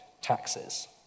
taxes